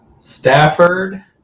Stafford